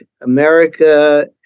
America